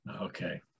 okay